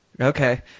Okay